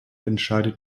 entscheidet